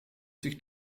sich